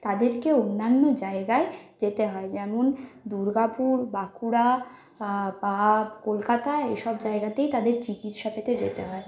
তাদেরকে অন্যান্য জায়গায় যেতে হয় যেমন দুর্গাপুর বাঁকুড়া বা কলকাতা এই সব জায়গাতেই তাদের চিকিৎসা পেতে যেতে হয়